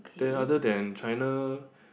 then other than China